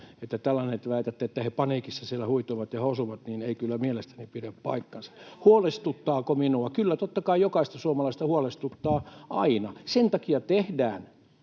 Tällainen, että väitätte, että he paniikissa siellä huitovat ja hosuvat, ei kyllä mielestäni pidä paikkaansa. [Tuomas Kettusen välihuuto] Huolestuttaako minua? Kyllä, totta kai jokaista suomalaista huolestuttaa aina. Sen takia tehdään